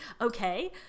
okay